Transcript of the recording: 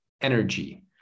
energy